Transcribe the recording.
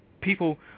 People